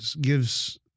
gives